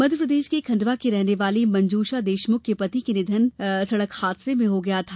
मध्यप्रदेश के खंडवा की रहने वाली मंजूषा देशमुख के पति के निधन सड़क हादसे में हो गया था